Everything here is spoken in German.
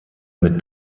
mit